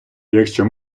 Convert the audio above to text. якщо